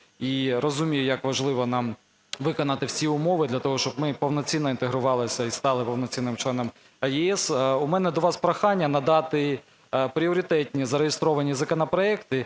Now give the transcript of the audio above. і розумію, як важливо нам виконати всі умови для того, щоб ми повноцінно інтегрувалися і стали повноцінним членом ЄС. У мене до вас прохання надати пріоритетні зареєстровані законопроекти